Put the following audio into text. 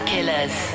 Killers